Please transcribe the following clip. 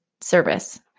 service